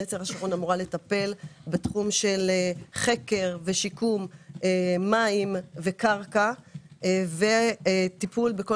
"נצר השרון" אמורה לטפל בתחום של חקר ושיקום מים וקרקע וטיפול בכל